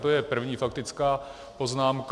To je první faktická poznámka.